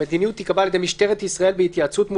האמת שזה משהו שהתקלתם אותי,